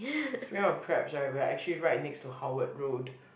speaking of crabs right we're actually right next to Howard Road